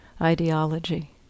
ideology